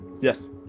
yes